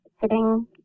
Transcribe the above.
sitting